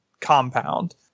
compound